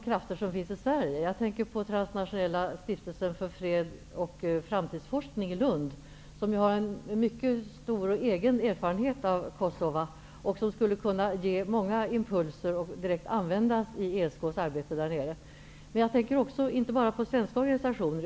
Jag tänker på Transnationella stiftelsen för fredsoch framtidsforskning i Lund som ju har mycket stor egen erfarenhet av Kosova och som skulle kunna ge många impulser för att direkt användas i ESK-arbetet. Jag tänker inte bara på svenska organisationer.